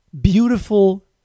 beautiful